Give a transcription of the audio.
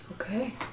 Okay